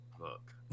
Look